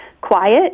quiet